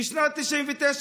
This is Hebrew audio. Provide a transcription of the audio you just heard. בשנת 1999,